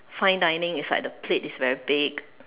fine dining is like the plate is very big